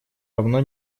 равно